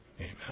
Amen